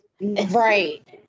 Right